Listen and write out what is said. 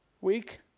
week